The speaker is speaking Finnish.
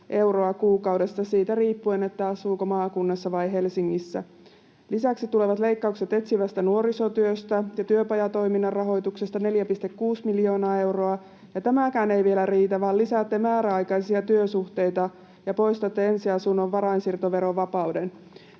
euroa kuukaudessa siitä riippuen, asuuko maakunnassa vai Helsingissä. Lisäksi tulevat leikkaukset etsivästä nuorisotyöstä ja työpajatoiminnan rahoituksesta, 4,6 miljoonaa euroa. Ja tämäkään ei vielä riitä, vaan lisäätte määräaikaisia työsuhteita ja poistatte ensiasunnon varainsiirtoverovapauden.